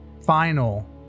final